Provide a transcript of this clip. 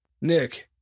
Nick